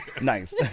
Nice